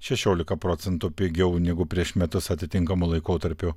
šešiolika procentų pigiau negu prieš metus atitinkamu laikotarpiu